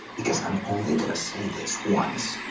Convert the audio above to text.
because i'm only going to say this once.